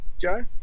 Joe